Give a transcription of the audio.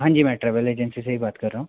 हाँ जी मैं ट्रैवल एजेंसी से ही बात कर रहा हूँ